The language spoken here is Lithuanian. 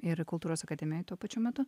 ir kultūros akademijoj tuo pačiu metu